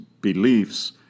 beliefs